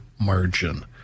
margin